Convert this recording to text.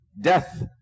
death